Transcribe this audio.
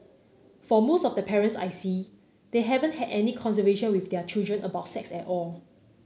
for most of the parents I see they haven't had any conversation with their children about sex at all